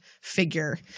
figure